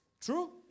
true